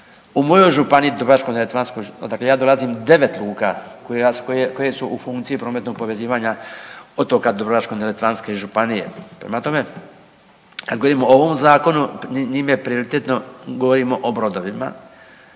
U mojoj županiji Dubrovačko-neretvanskoj odakle ja dolazim 9 luka koje, koje su u funkciji prometnog povezivanja otoka Dubrovačko-neretvanske županije. Prema tome, kad govorimo o ovom zakonu njime prioritetno govorimo o brodovima,